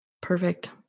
Perfect